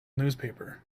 newspaper